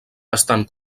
estan